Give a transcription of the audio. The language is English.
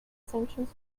sanctions